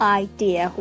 idea